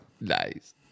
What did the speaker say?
nice